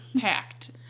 packed